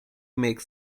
makes